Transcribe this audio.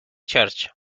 church